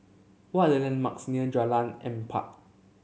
what are the landmarks near Jalan Empat